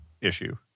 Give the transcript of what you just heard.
issue